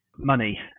Money